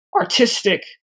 artistic